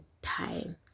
time